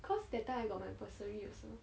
cause that time I got my bursary also